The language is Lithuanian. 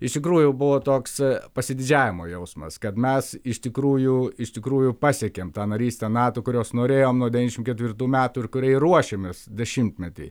iš tikrųjų buvo toks pasididžiavimo jausmas kad mes iš tikrųjų iš tikrųjų pasiekėm tą narystę nato kurios norėjom nuo devyniasdešim ketvirtų metų ir kuriai ruošėmės dešimtmetį